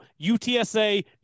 UTSA